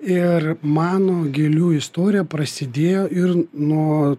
ir mano gėlių istorija prasidėjo ir nuo